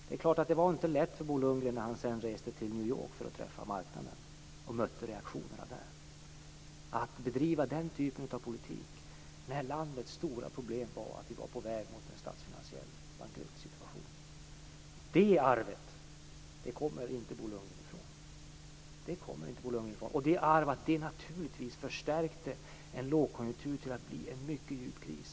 Det är klart att det inte var lätt för Bo Lundgren när han sedan reste till New York för att träffa marknaden och mötte reaktionerna där. Att han bedrev den typen av politik när landets stora problem var att vi var på väg mot en statsfinansiell bankruttsituation är ett arv som Bo Lundgren inte kommer ifrån. Det här förstärkte en lågkonjunktur till att bli en mycket djup kris.